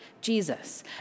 Jesus